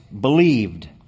believed